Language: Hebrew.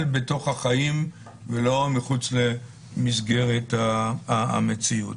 בתוך החיים ולא מחוץ למסגרת המציאות.